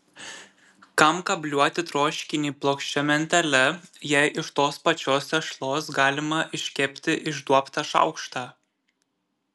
kam kabliuoti troškinį plokščia mentele jei iš tos pačios tešlos galima iškepti išduobtą šaukštą